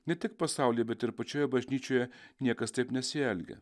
ne tik pasauly bet ir pačioje bažnyčioje niekas taip nesielgia